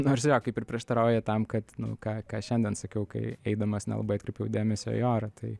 nors jo kaip ir prieštarauja tam kad nu ką ką šiandien sakiau kai eidamas nelabai atkreipiau dėmesio į orą tai